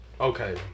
Okay